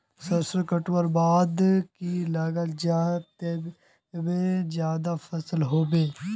सरसों कटवार बाद की लगा जाहा बे ते ज्यादा फायदा होबे बे?